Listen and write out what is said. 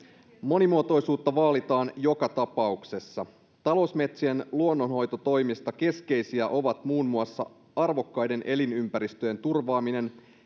monimuotoisuutta vaalitaan joka tapauksessa talousmetsien luonnonhoitotoimista keskeisiä ovat muun muassa arvokkaiden elinympäristöjen turvaaminen